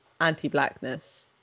anti-blackness